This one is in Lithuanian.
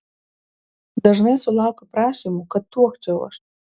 dažnai sulaukiu prašymų kad tuokčiau aš